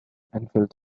enfield